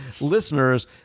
listeners